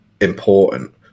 important